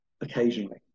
occasionally